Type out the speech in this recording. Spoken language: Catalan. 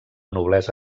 noblesa